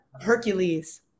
Hercules